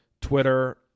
Twitter